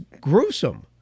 gruesome